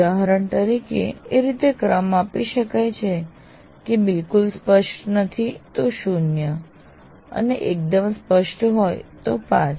ઉદાહરણ તરીકે એ રીતે ક્રમ આપી શકાય છે કે બિલકુલ સ્પષ્ટ નથી તો 0 અને એકદમ સ્પષ્ટ હોય તો ૫